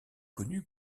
connu